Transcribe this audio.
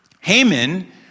Haman